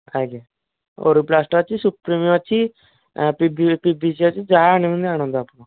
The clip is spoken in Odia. ଆଜ୍ଞା ଓରିପ୍ଲାଷ୍ଟ ଅଛି ସୁପ୍ରୀମ ଅଛି ପିଭିସି ଅଛି ଯାହା ଆଣିବେ ଆଣନ୍ତୁ ଆପଣ